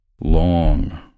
long